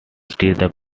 street